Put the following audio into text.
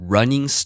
Running